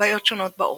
בעיות שונות בעור,